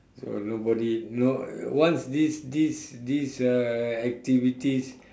well nobody no once this this this uh activities